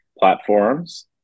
platforms